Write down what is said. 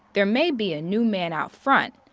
there may be a new man out front,